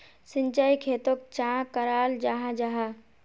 सिंचाई खेतोक चाँ कराल जाहा जाहा?